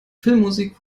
filmmusik